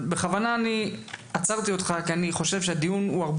אני עצרתי אותך בכוונה כי אני חושב שהדיון הוא יותר